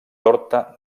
torta